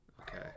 okay